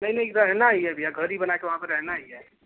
नहीं नहीं रहना ही है भैया घर ही बना के वहाँ पर रहना ही है